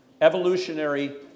evolutionary